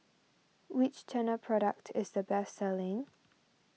which Tena product is the best selling